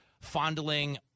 fondling